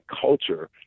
culture